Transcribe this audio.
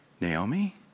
Naomi